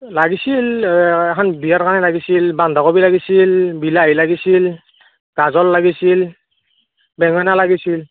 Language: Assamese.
লাগিছিল এখন বিয়াৰ কাৰণে লাগিছিল বন্ধাকবি লাগিছিল বিলাহী লাগিছিল গাজৰ লাগিছিল বেঙেনা লাগিছিল